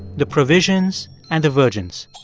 the provisions and the virgins.